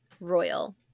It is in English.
royal